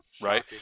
right